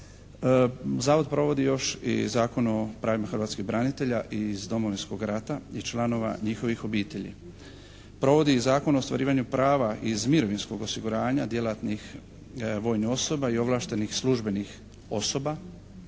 Zavod provodi još i Zakon o pravima hrvatskim branitelja iz Domovinskog rata i članova njihovih obitelji, provodi Zakon o ostvarivanju prava iz mirovinskog osiguranja djelatnih vojnih osoba i ovlaštenih službenih osoba